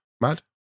Mad